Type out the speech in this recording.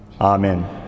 Amen